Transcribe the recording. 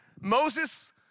Moses